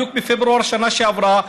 בדיוק בפברואר בשנה שעברה,